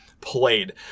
played